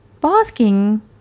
basking